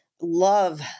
love